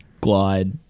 glide